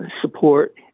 support